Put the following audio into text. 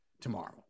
tomorrow